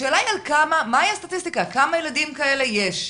השאלה היא מהי הסטטיסטיקה, כמה ילדים כאלה יש.